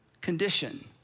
condition